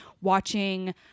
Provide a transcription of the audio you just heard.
watching